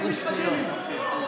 הם סוגרים איתך דילים.